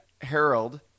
Harold